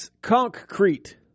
Concrete